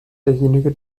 derjenige